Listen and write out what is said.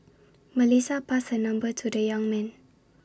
Melissa passed her number to the young man